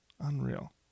unreal